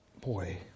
boy